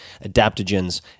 adaptogens